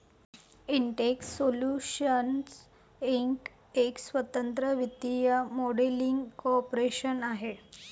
Intex solutions inc एक स्वतंत्र वित्तीय मॉडेलिंग कॉर्पोरेशन आहे